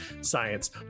science